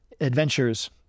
adventures